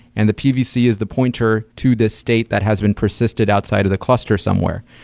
and the pvc is the pointer to this state that has been persisted outside of the cluster somewhere.